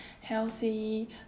healthy